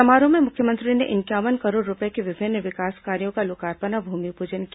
समारोह में मुख्यमंत्री ने इंक्यावन करोड़ रूपये के विभिन्न विकास कार्यो का लोकार्पण और भूमिपूजन किया